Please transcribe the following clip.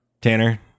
tanner